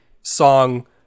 song